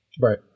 Right